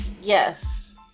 yes